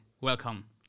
welcome